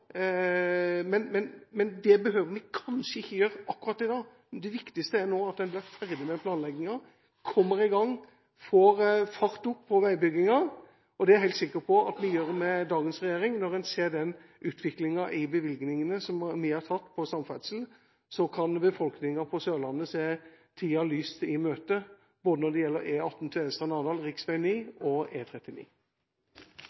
men det behøver vi kanskje ikke gjøre akkurat i dag. Det viktigste er nå at en blir ferdig med planleggingen, kommer i gang, får farten opp på veibyggingen, og det er jeg helt sikker på at vi gjør med dagens regjering. Når en ser den utviklingen i bevilgningene som vi har tatt på samferdsel, kan befolkningen på Sørlandet se tiden lyst i møte, både når det gjelder